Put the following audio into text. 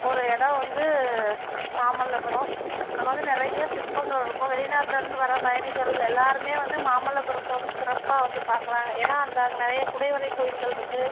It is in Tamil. ஒரு இடம் வந்து மாமல்லபுரம் அங்கே வந்து நிறைய சிற்பங்கள் இருக்கும் வெளிநாட்ல இருந்து வர பயணிகள் எல்லாருமே வந்து மாமல்லபுரத்தை வந்து சிறப்பாக வந்து பார்க்குறாங்க ஏன்னா அந்த அங்கே நிறையா குடைவரை கோயில்கள் இருக்கு